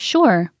Sure